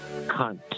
Cunt